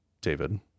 david